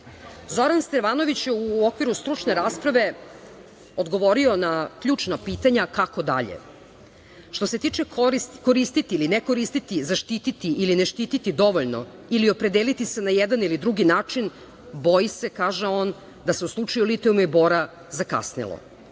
Stevanović je na stručnoj raspravi odgovorio na ključna pitanja kako dalje. Što se tiče toga koristiti ili ne koristiti, zaštititi ili ne štititi dovoljno ili opredeliti se na jedan ili drugi način, boji se, kaže on, da se u slučaju litijuma i bora zakasnilo.